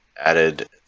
added